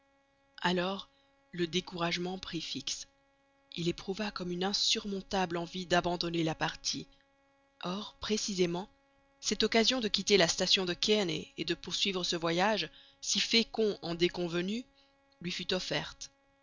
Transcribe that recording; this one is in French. alors le découragement prit fix il éprouva comme une insurmontable envie d'abandonner la partie or précisément cette occasion de quitter la station de kearney et de poursuivre ce voyage si fécond en déconvenues lui fut offerte